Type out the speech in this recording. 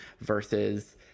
versus